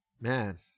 Man